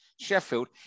Sheffield